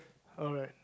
alright